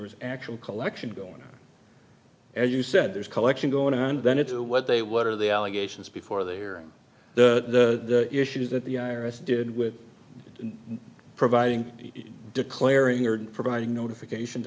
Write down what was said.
was actual collection going on as you said there's a collection going and then into what they what are the allegations before they are the issues that the i r s did with providing declaring here and providing notification